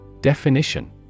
Definition